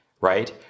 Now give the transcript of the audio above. right